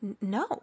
No